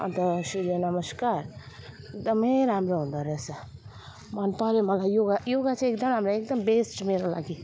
अन्त सूर्य नमस्कार एकदमै राम्रो हुँदो रहेछ मन पर्यो मलाई योगा योगा चाहिँ एकदम राम्रो एकदम बेस्ट मेरो लागि